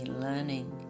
learning